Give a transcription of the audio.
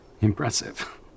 impressive